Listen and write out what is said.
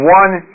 one